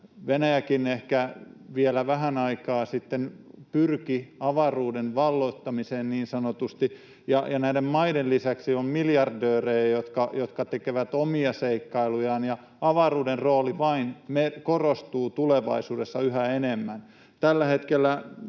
Venäjäkin ehkä vielä vähän aikaa sitten — pyrkivät avaruuden valloittamiseen, niin sanotusti, ja näiden maiden lisäksi on miljardöörejä, jotka tekevät omia seikkailujaan, niin avaruuden rooli vain korostuu tulevaisuudessa yhä enemmän.